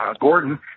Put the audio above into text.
Gordon